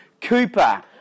Cooper